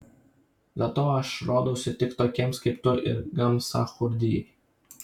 dėl to aš rodausi tik tokiems kaip tu ir gamsachurdijai